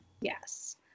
yes